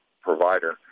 provider